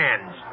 hands